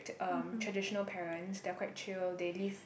um traditional parents they are quite chill they leave